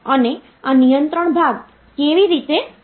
અને આ નિયંત્રણ ભાગ કેવી રીતે કાર્ય કરે છે